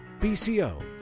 BCO